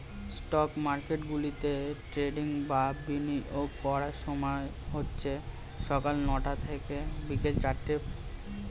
stock মার্কেটগুলোতে trading বা বিনিয়োগ করার সময় হচ্ছে সকাল নয়টা থেকে বিকেল চারটে